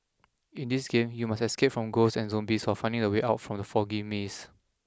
in this game you must escape from ghosts and zombies while finding the way out from the foggy maze